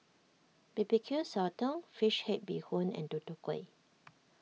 B B Q Sotong Fish Head Bee Hoon and Tutu Kueh